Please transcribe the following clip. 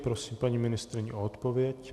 Prosím paní ministryni o odpověď.